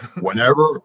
Whenever